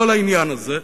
לא לעניין לזה.